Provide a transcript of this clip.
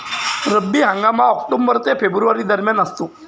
रब्बी हंगाम ऑक्टोबर ते फेब्रुवारी दरम्यान असतो